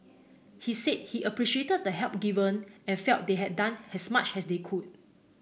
he said he appreciated the help given and felt they had done has much has they could